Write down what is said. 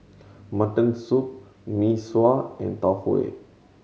mutton soup Mee Sua and Tau Huay